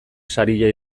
saria